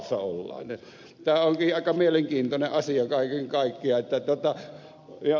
tämä onkin aika mielenkiintoinen asia kaiken kaikkiaan